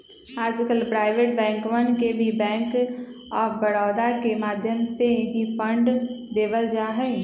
आजकल प्राइवेट बैंकवन के भी बैंक आफ बडौदा के माध्यम से ही फंड देवल जाहई